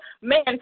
man